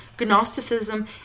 gnosticism